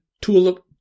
tulip